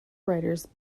writers